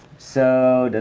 so,